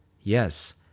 Yes